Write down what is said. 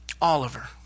Oliver